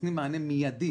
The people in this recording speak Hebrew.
נותנים מענה מידי